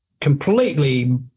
completely